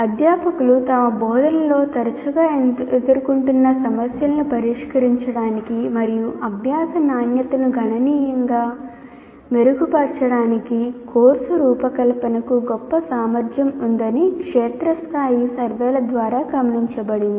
అధ్యాపకులు తమ బోధనలో తరచుగా ఎదుర్కొంటున్న సమస్యలను పరిష్కరించడానికి మరియు అభ్యాస నాణ్యతను గణనీయంగా మెరుగుపర్చడానికి కోర్సు రూపకల్పనకు గొప్ప సామర్థ్యం ఉందని క్షేత్రస్థాయి సర్వేల ద్వారా గమనించబడింది